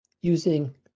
using